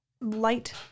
light